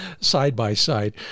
side-by-side